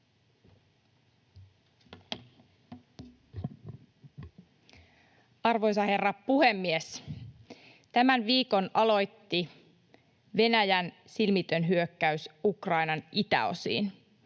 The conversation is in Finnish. Arvoisa herra puhemies! Tämän viikon aloitti Venäjän silmitön hyökkäys Ukrainan itäosiin.